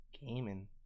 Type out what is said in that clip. Gaming